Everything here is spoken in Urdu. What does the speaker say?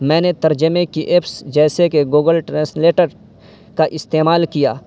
میں نے ترجمے کی ایپس جیسے کہ گوگل ٹریسلیٹر کا استعمال کیا